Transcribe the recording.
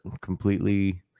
completely